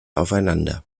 aufeinander